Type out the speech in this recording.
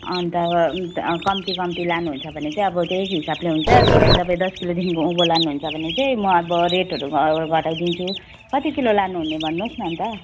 अन्त अम् कम्ती कम्ती लानुहुन्छ भने चाहिँ अब त्यही हिसाबले हुन्छ धेरै तपाईँ दस केलोदेखिको उँभो लानुहुन्छ भने चाहिँ म अब रेटहरू घ घटाइदिन्छु कति किलो लानुहुने भन्नुहोस् न अन्त